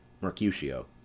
Mercutio